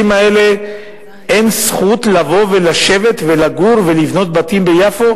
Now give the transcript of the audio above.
האלה אין זכות לבוא ולשבת ולגור ולבנות בתים ביפו?